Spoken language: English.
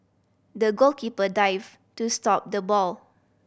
the goalkeeper dived to stop the ball